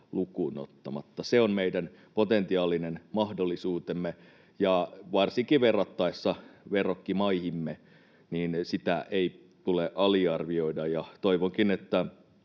lukuun ottamatta. Se on meidän potentiaalinen mahdollisuutemme, ja varsinkin verrattaessa verrokkimaihimme sitä ei tule aliarvioida. Toivonkin, että